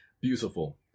beautiful